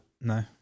No